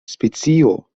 specio